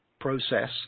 process